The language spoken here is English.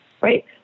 right